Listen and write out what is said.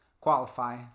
qualify